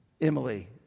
Emily